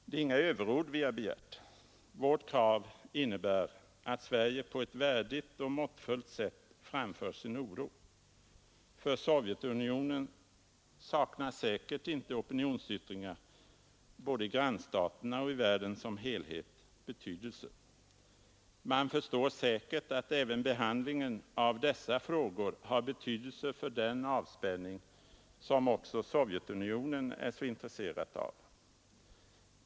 Det är inga överord vi har begärt — vårt krav innebär att Sverige på ett värdigt och måttfullt sätt framför sin oro. För Sovjetunionen saknar säkert inte opinionsyttringar både i grannstaterna och i världen som helhet betydelse. Man förstår säkert att även behandlingen av dessa frågor har betydelse för den avspänning som också Sovjetunionen är så intresserad av.